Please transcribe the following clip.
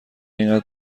اینقدر